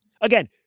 Again